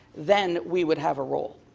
then we would have a role.